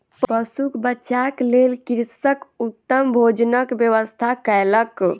पशुक बच्चाक लेल कृषक उत्तम भोजनक व्यवस्था कयलक